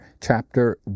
chapter